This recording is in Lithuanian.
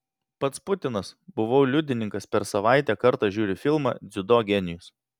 pats putinas buvau liudininkas per savaitę kartą žiūri filmą dziudo genijus